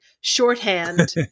shorthand